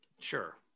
sure